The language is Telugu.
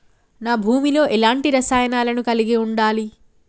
నా భూమి లో ఎలాంటి రసాయనాలను కలిగి ఉండాలి?